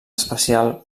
especial